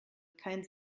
kein